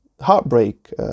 heartbreak